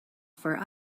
for